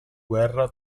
guerra